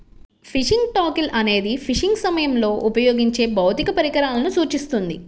fishing tackle అనేది fishing సమయంలో ఉపయోగించే భౌతిక పరికరాలను సూచిస్తుంది